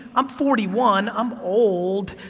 i'm forty one, i'm old,